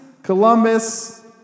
Columbus